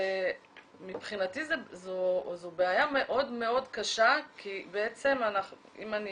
ומבחינתי זו בעיה מאוד מאוד קשה, כי בעצם אם אני